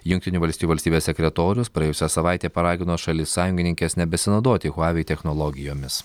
jungtinių valstijų valstybės sekretorius praėjusią savaitę paragino šalis sąjungininkes nebesinaudoti huavei technologijomis